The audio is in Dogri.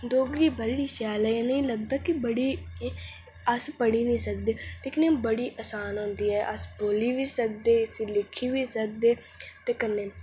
डोगरी बड़ी शैल ऐ ते अस पढ़ी बी सकदे लेकिन एह् बड़ी आसान होंदी ऐ बोल्ली बी सकदे ते लिखी बी सकदे ते कन्नै